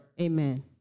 Amen